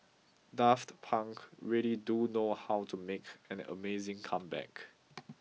Daft Punk really do know how to make an amazing comeback